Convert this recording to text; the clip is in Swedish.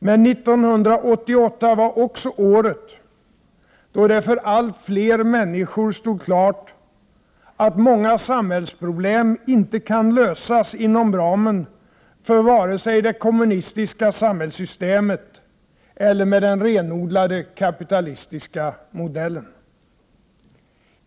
Men 1988 var också året då det för allt fler människor stod klart att många samhällsproblem inte kan lösas inom ramen för vare sig det kommunistiska samhällssystemet eller den renodlade kapitalistiska modellen.